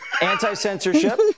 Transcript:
Anti-censorship